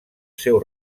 seu